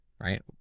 right